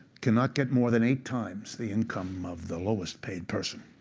cannot get more than eight times the income of the lowest paid person.